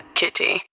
kitty